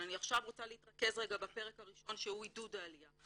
אבל אני רוצה להתרכז רגע בפרק הראשון שהוא עידוד העלייה.